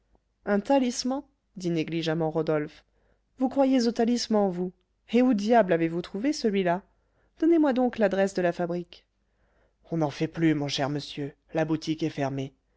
un talisman dit négligemment rodolphe vous croyez aux talismans vous et où diable avez-vous trouvé celui-là donnez-moi donc l'adresse de la fabrique on n'en fait plus mon cher monsieur la boutique est fermée